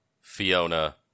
Fiona